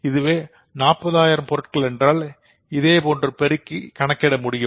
இதுவே 40000 பொருட்கள் என்றால் இதேபோன்று பெருக்கி கணக்கிட முடியும்